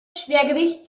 schwergewicht